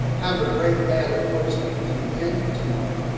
have a great day i look forward to speaking to you again tomorrow.